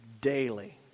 daily